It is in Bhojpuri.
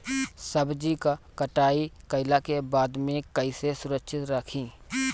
सब्जी क कटाई कईला के बाद में कईसे सुरक्षित रखीं?